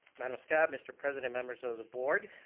madam scott, mister president, members of the board.